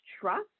trust